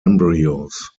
embryos